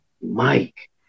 Mike